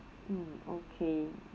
mm okay